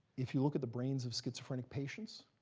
if you look at the brains of schizophrenic patients,